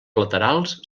laterals